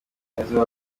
heza